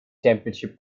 championship